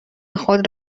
خود